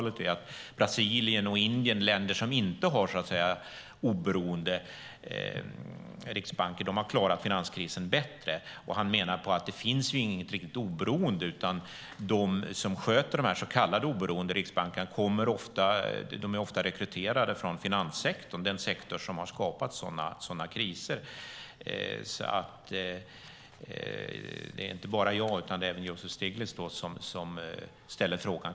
Han menar att Brasilien och Indien, länder som inte har oberoende riksbanker, har klarat finanskrisen bättre. Han menar att det inte finns något riktigt oberoende utan att de som sköter de så kallade oberoende riksbankerna ofta är rekryterade från finanssektorn, alltså den sektor som har skapat sådana kriser. Det är inte bara jag utan även Joseph Stiglitz som ställer frågan.